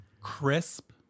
crisp